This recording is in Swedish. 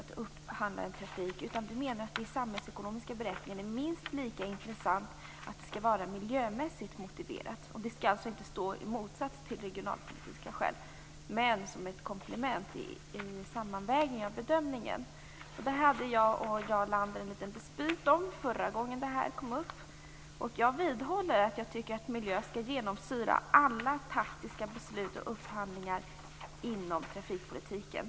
Vi menar att det i samhällsekonomiska beräkningar är minst lika intressant med en miljömässig motivering. Denna skall alltså inte stå i motsats till de regionalpolitiska skälen utan vara ett komplement i den sammanvägda bedömningen. Jag och Jarl Lander hade förra gången som det här kom upp en liten dispyt om detta. Jag vidhåller att miljö bör genomsyra alla taktiska beslut och upphandlingar inom trafikpolitiken.